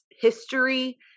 history